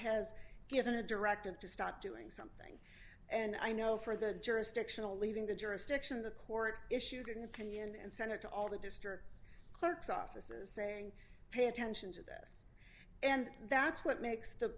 has given a directive to stop doing something and i know for the jurisdictional leaving the jurisdiction the court issued an opinion and sent her to all the district clerks offices saying pay attention to this and that's what makes the